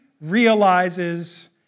realizes